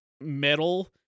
metal-